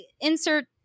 insert